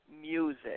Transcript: music